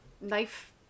Knife